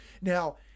Now